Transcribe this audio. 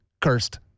Cursed